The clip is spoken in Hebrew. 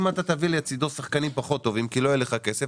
אם אתה תביא לצידו שחקנים פחות טובים כי לא יהיה לך כסף,